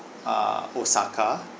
err osaka